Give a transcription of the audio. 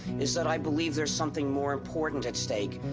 is that i believe there's something more important at stake.